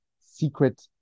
secret